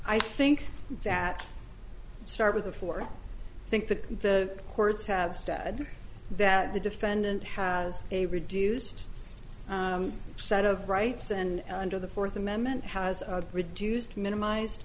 i think that start with the four think that the courts have said that the defendant has a reduced set of rights and under the fourth amendment has reduced minimized